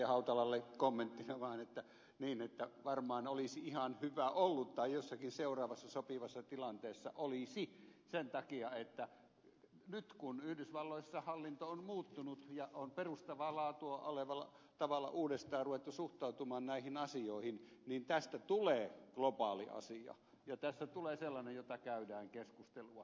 hautalalle kommenttina vaan että varmaan olisi ihan hyvä ollut tai jossakin seuraavassa sopivassa tilanteessa olisi sen takia että nyt kun yhdysvalloissa hallinto on muuttunut ja on perustavaa laatua olevalla tavalla uudestaan ruvettu suhtautumaan näihin asioihin niin tästä tulee globaali asia ja tästä tulee sellainen josta käydään keskustelua